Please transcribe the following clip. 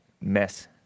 mess